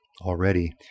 already